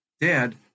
dad